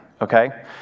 okay